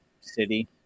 city